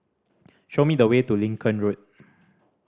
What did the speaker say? show me the way to Lincoln Road